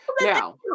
Now